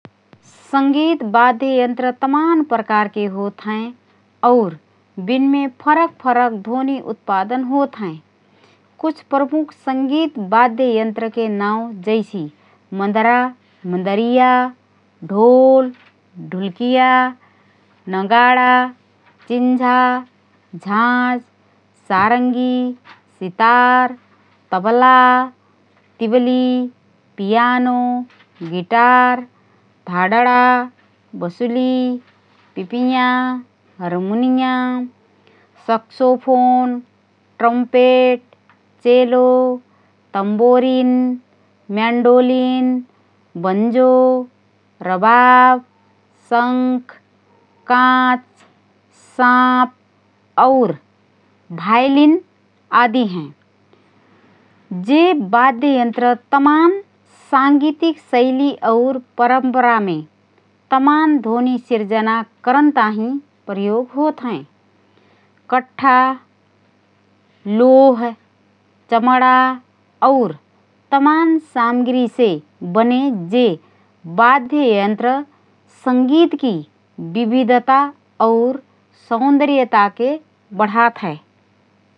संगीत वाद्ययन्त्र तमान प्रकारके होतहएँ और बिनमे फरक फरक ध्वनि उत्पादन होतहएँ । कुछ प्रमुख संगीत वाद्ययन्त्रके नावँ जैसि: मदरा, मदरिया, ढोल, ढुलकिया, नगाडा, चिन्झा, झांज, सारंगी, सितार, तबला, तिबली, पियानो, गिटार, धाडडा, बसुली, पिपियाँ, हरमुनिया, saxophone, trumpet, cello, tambourine, mandolin, banjo, रबाब, शंख, काँच, साँप और भायलिन आदि हएँ । जे वाद्ययन्त्र तमान सांगीतिक शैली और परम्परामे तमान ध्वनि सिर्जना करन ताहिँ प्रयोग होतहएँ । कठ्ठा, लोह, चमडा और तमान सामग्रीसे बने जे वाद्ययन्त्र संगीतकी विविधता और सौंदर्यताके बढात हए ।